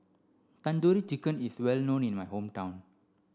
Tandoori Chicken is well known in my hometown